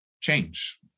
change